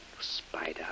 spider